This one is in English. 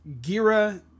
Gira